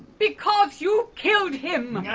because you killed him!